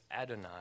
Adonai